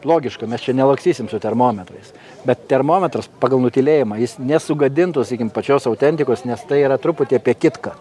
logiška mes čia nelakstysim su termometrais bet termometras pagal nutylėjimą jis nesugadintų sakykim pačios autentikos nes tai yra truputį apie kitką